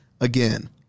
again